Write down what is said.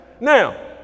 Now